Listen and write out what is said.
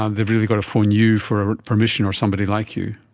ah they've really got to phone you for permission or somebody like you.